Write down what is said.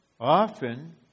Often